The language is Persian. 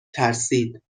ترسید